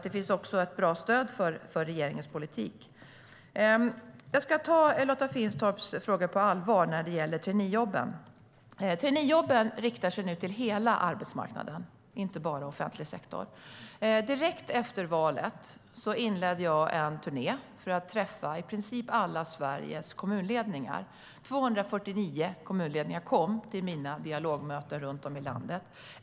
Det finns alltså ett bra stöd för regeringens politik. Jag ska ta Lotta Finstorps fråga om traineejobben på allvar. Traineejobben riktar sig till hela arbetsmarknaden, inte bara till offentlig sektor. Direkt efter valet inledde jag en turné för att träffa i princip alla Sveriges kommunledningar. 249 kommunledningar kom till mina dialogmöten runt om i landet.